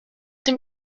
dem